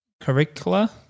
Curricula